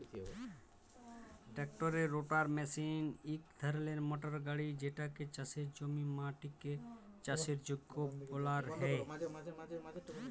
ট্রাক্টারের রোটাটার মিশিল ইক ধরলের মটর গাড়ি যেটতে চাষের জমির মাটিকে চাষের যগ্য বালাল হ্যয়